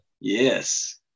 Yes